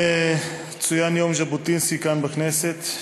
ז'בוטינסקי כאן בכנסת.